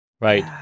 right